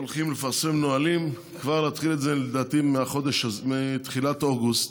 הולכת לפרסם נהלים להתחיל את זה כבר מתחילת אוגוסט.